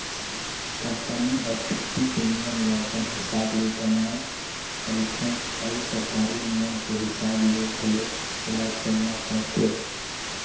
company हर छुट्टी के नियम ल अपन हिसाब ले बनायें रथें अउ सरकारी नियम के हिसाब ले घलो ओला चलना परथे